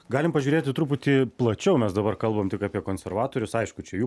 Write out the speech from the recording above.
galim pažiūrėti truputį plačiau mes dabar kalbam tik apie konservatorius aišku čia jų